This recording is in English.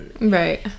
Right